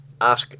Ask